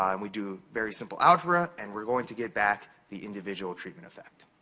um we do very simple algebra, and we're going to get back the individual treatment effect.